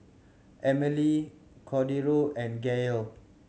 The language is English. Emelie Cordero and Gael